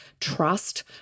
trust